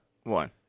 One